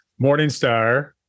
Morningstar